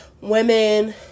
women